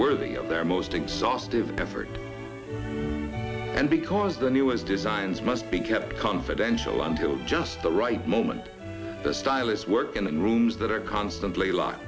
worthy of their most exhaustive effort and because the newest designs must be kept confidential until just the right moment the stylus working in rooms that are constantly lo